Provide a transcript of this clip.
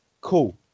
cool